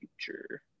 future